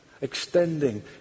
extending